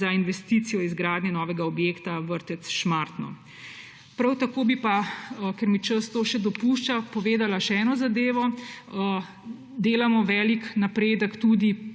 za investicijo izgradnje novega objekta vrtec Šmartno. Prav tako bi pa, ker mi čas to še dopušča, povedala še eno zadevo. Delamo velik napredek tudi